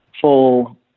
full